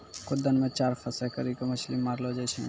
खुद्दन मे चारा फसांय करी के मछली मारलो जाय छै